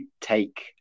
take